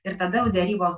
ir tada jau derybos